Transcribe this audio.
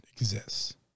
exists